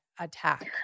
attack